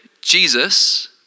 Jesus